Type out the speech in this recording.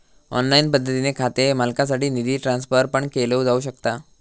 online पद्धतीने खाते मालकासाठी निधी ट्रान्सफर पण केलो जाऊ शकता